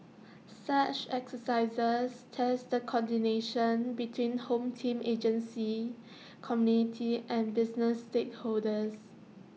such exercises test the coordination between home team agencies community and business stakeholders